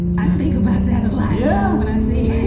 i think about that a lot yeah when i see.